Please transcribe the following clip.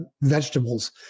vegetables